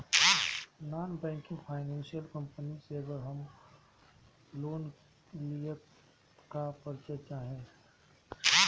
Non banking financial company से अगर हम लोन लि त का का परिचय चाहे ला?